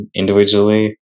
individually